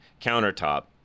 countertop